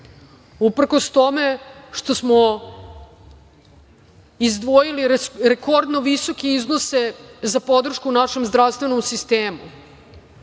uprkos tome što smo izdvojili rekordno visoke iznose za podršku našem zdravstvenom sistemu